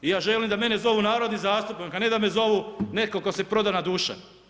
I ja želim da mene zovu narodni zastupnik, a ne da me zovu neko ko se prodana duša.